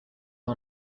are